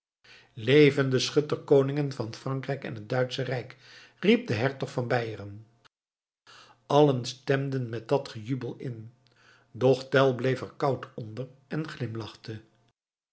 leven de schutter koningen van frankrijk en het duitsche rijk riep de hertog van beieren allen stemden met dat gejubel in doch tell bleef er koud onder en glimlachte